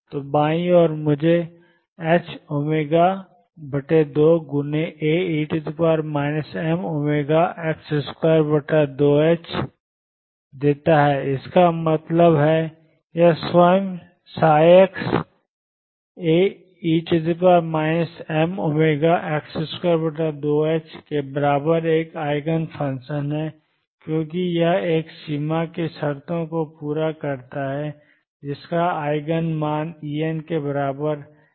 तो बाईं ओर मुझे ℏω2Ae mω2ℏx2 देता है इसका मतलब है यह स्वयं x Ae mω2ℏx2के बराबर एक आइगन फंक्शन है क्योंकि यह एक सीमा की शर्तों को पूरा करता है जिसका आइगन मान En के बराबर ℏω2 है